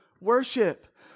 worship